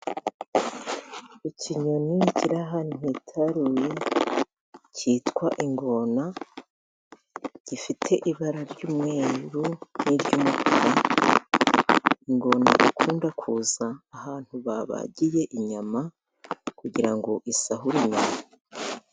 Ikinyoni kiri ahantu hitaruye cyitwa ingona, gifite ibara ry'umweru n'iry'umutuku, ingona ikunda kuza ahantu babagiye inyama, kugira ngo isahure inyama.